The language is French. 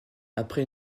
après